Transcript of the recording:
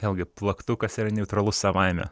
vėlgi plaktukas yra neutralus savaime